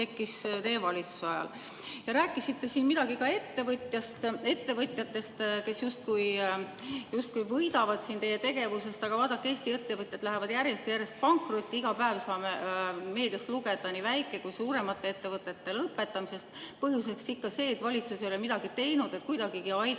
rääkisite siin midagi ka ettevõtjatest, kes justkui võidavad teie tegevusest, aga vaadake, Eesti ettevõtted lähevad järjest-järjest pankrotti. Iga päev saame meediast lugeda nii väikeste kui ka suuremate ettevõtete lõpetamisest. Põhjus on ikka see, et valitsus ei ole midagi teinud, et kuidagigi aidata